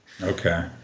Okay